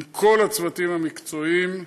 עם כל הצוותים המקצועיים,